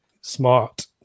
smart